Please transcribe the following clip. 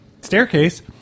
staircase